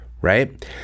right